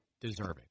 deserving